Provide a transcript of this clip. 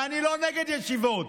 ואני לא נגד ישיבות,